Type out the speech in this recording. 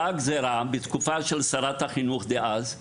באה גזרה, בתקופה של שרת החינוך דאז,